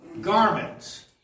Garments